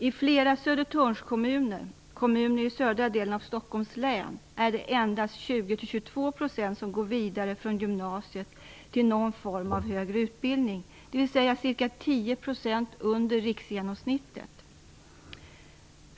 I flera Södertörnskommuner - kommuner i södra delen av Stockholms län - är det endast 20-22 % som går vidare från gymnasiet till någon form av högre utbildning, dvs. ca 10 % under riksgenomsnittet.